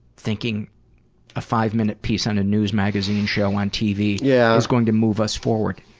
thinking a five-minute piece on a news magazine show on t. v. yeah is going to move us forward.